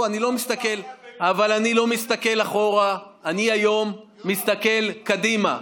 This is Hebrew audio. אבל אני לא מסתכל אחורה, אני היום מסתכל קדימה.